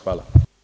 Hvala.